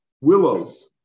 willows